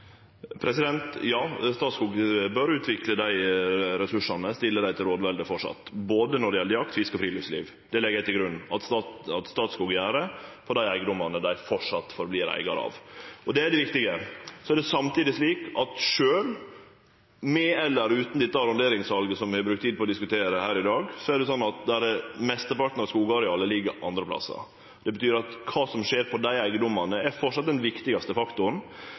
Ja, Statskog bør utvikle dei ressursane og framleis stille dei til rådvelde, både når det gjeld jakt, fiske og friluftsliv. Det legg eg til grunn at Statskog gjer for dei eigedomane dei held fram med å vere eigarar av, og det er det viktige. Samtidig er det slik at mesteparten av skogarealet ligg andre plassar – med eller utan dette arronderingssalet, som vi har brukt tid på å diskutere her i dag. Det betyr at